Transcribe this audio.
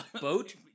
Boat